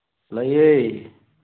ꯂꯩꯌꯦ